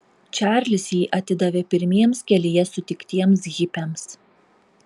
čarlis jį atidavė pirmiems kelyje sutiktiems hipiams